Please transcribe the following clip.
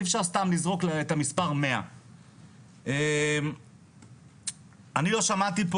אי אפשר סתם לזרוק את המספר 100. אני לא שמעתי פה